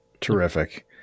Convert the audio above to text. terrific